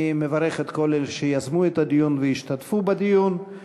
אני מברך את כל אלה שיזמו את הדיון והשתתפו בדיון.